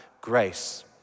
grace